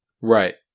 Right